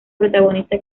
protagonista